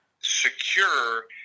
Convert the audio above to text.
secure